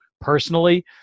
personally